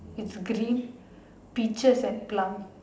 it's green peaches and plum